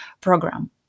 program